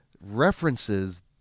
references